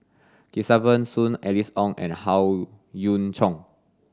Kesavan Soon Alice Ong and Howe Yoon Chong